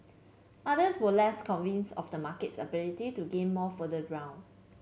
others were less convinced of the market's ability to gain more further ground